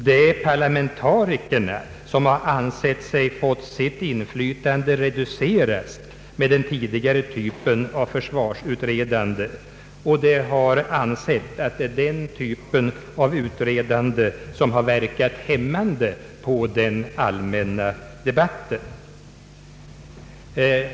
Det är parlamentarikerna som har ansett att de fått sitt inflytande reducerat med den tidigare typen av försvarsutredande, och de har ansett att denna typ av utredande har verkat hämmande på den allmänna debatten.